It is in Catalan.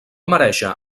merèixer